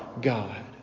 God